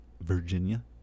Virginia